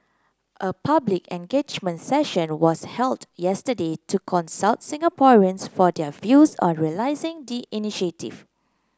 a public engagement session was held yesterday to consult Singaporeans for their views on realising the initiative